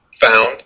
found